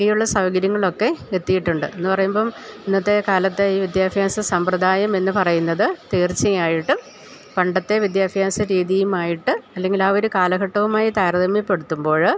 ഈയുള്ള സൗകര്യങ്ങളൊക്കെ എത്തിയിട്ടുണ്ട് എന്നു പറയുമ്പോള് ഇന്നത്തെ കാലത്തെ ഈ വിദ്യാഭ്യാസ സമ്പ്രദായമെന്നു പറയുന്നതു തീർച്ചയായിട്ടും പണ്ടത്തെ വിദ്യാഭ്യാസ രീതിയുമായിട്ട് അല്ലെങ്കിലാ ഒരു കാലഘട്ടവുമായി താരതമ്യപ്പെടുത്തുമ്പോള്